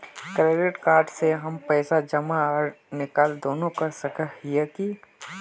Credit card से हम पैसा जमा आर निकाल दोनों कर सके हिये की?